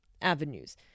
avenues